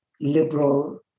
liberal